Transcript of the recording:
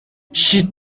she